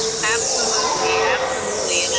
absolutely, absolutely. and and